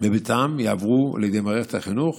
בביתם יעברו לידי מערכת החינוך